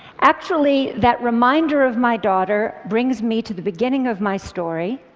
actually that reminder of my daughter brings me to the beginning of my story.